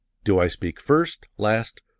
do i speak first, last,